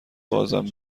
بازم